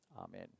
Amen